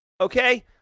Okay